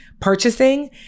purchasing